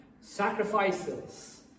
sacrifices